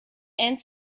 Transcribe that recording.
ends